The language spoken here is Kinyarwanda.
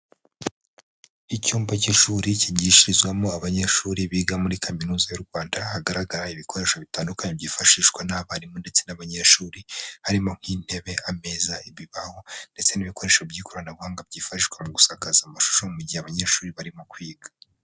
Icyumba cy'ishuri kigishirizwamo abanyeshuri biga muri kaminuza y'u Rwanda, hagaragara ibikoresho bitandukanye byifashishwa n'abarimu ndetse n'abanyeshuri, harimo nk'intebe, ameza, ibibaho, ndetse n'ibikoresho by'ikoranabuhanga byifashishwa mu gusakaza amashusho, mu gihe abanyeshuri barimo kwiga.